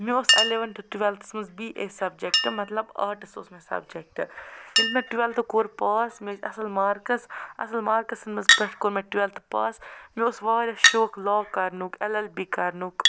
مےٚ اوس الیوَنتھ ٹُوٮ۪لتھَس منٛز بی اے سَبجَکٹ مَطلَب آرٹس اوس مےٚ سَبجَکٹ ییٚلہِ مےٚ ٹُوٮ۪لتھ کوٚر پاس مےٚ ٲسۍ اَصٕل مارکٕس اَصٕل مارکٕسَن منٛز پٮ۪ٹھ کوٚر مےٚ ٹُوٮ۪لتھ پاس مےٚ اوس واریاہ شوق لا کرنُک اٮ۪ل اٮ۪ل بی کرنُک